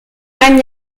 ein